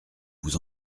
vous